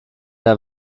der